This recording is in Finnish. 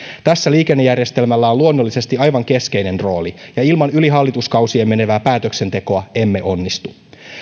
tässä liikennejärjestelmällä on luonnollisesti aivan keskeinen rooli ja ilman yli hallituskausien menevää päätöksentekoa emme onnistu